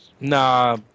Nah